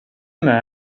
med